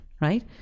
Right